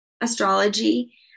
astrology